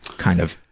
kind of,